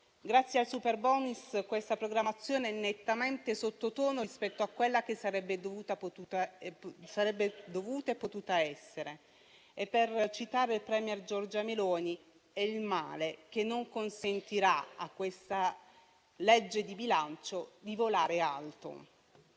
Grazie al superbonus questa programmazione è nettamente sottotono rispetto a quella che sarebbe dovuta e potuta essere. Per citare il *premier* Giorgia Meloni è «il male che non consentirà a questa legge di bilancio di volare alto».